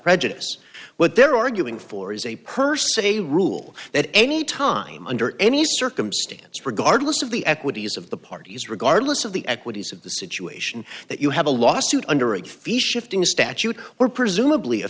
prejudice what they're arguing for is a per se rule that anytime under any circumstance regardless of the equities of the parties regardless of the equities of the situation that you have a lawsuit under a fee shifting statute or presumably a